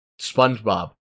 spongebob